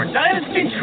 Dynasty